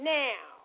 now